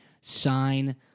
sign